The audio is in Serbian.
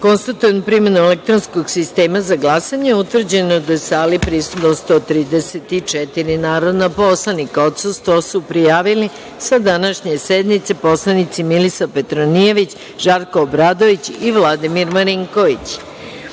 da je, primenom elektronskog sistema za glasanje, utvrđeno da je u sali prisutno 134 narodna poslanika. Odsustvo su prijavili sa današnje sednice poslanici: Milisav Petronijević, Žarko Obradović i Vladimir Marinković. Saglasno